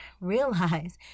realize